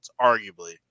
arguably